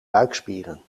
buikspieren